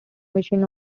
machine